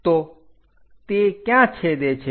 તો તે ક્યાં છેદે છે